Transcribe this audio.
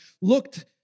looked